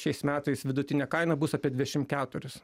jį šiais metais vidutinė kaina bus apie dvidešim keturis